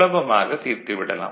சுலபமாக தீர்த்து விடலாம்